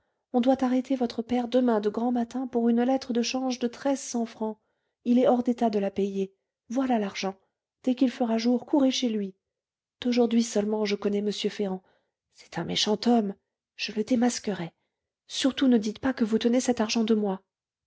on doit arrêter votre père demain de grand matin pour une lettre de change de treize cents francs il est hors d'état de la payer voilà l'argent dès qu'il fera jour courez chez lui d'aujourd'hui seulement je connais m ferrand c'est un méchant homme je le démasquerai surtout ne dites pas que vous tenez cet argent de moi